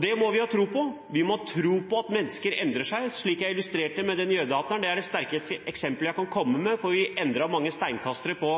Det må vi ha tro på. Vi må ha tro på at mennesker endrer seg, slik jeg illustrerte med den jødehateren – det er det sterkeste eksempelet jeg kan komme med, for vi endret mange steinkastere på